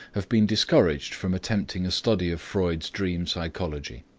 have been discouraged from attempting a study of freud's dream psychology.